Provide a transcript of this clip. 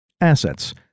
Assets